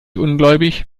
ungläubig